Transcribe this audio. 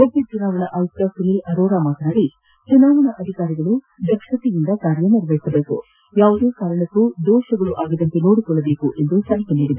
ಮುಖ್ಯ ಚುನಾವಣಾ ಆಯುಕ್ತ ಸುನಿಲ್ ಅರೋರ ಮಾತನಾಡಿ ಚುನಾವಣಾ ಅಧಿಕಾರಿಗಳು ದಕ್ಷತೆಯಿಂದ ಕಾರ್ಯನಿರ್ವಹಿಸಬೇಕು ಯಾವುದೇ ಕಾರಣಕ್ಕೂ ದೋಷಗಳು ಆಗದಂತೆ ನೋಡಿಕೊಳ್ಳಬೇಕು ಎಂದು ಸಲಹೆ ನೀಡಿದರು